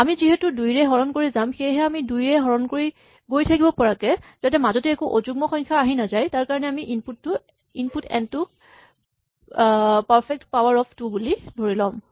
আমি যিহেতু দুইৰে হৰণ কৰি যাম সেয়েহে আমি দুয়ে হৰণ কৰি গৈ থাকিব পৰাকে যাতে মাজতে একো অযুগ্ম সংখ্যা আহি নাযায় তাৰকাৰণে আমি ইনপুট এন টোক পাৰফেক্ট পাৱাৰ অফ টু বুলি ধৰি ল'ম